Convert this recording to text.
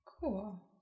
Cool